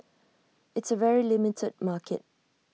it's A very limited market